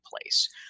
place